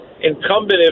incumbent